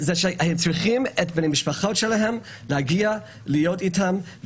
הם צריכים את בני המשפחה שלהם שיגיעו להיות אתם,